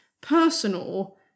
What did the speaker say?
personal